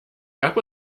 gab